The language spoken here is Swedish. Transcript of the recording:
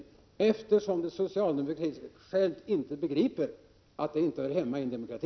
Socialdemokraterna själva begriper ju inte att kollektivanslutningen inte hör hemma i en demokrati.